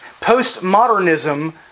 postmodernism